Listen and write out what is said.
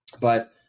But-